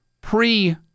pre